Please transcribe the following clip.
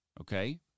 Okay